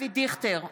אבי דיכטר,